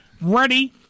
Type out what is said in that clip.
ready